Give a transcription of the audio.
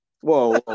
Whoa